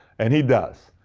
and he does.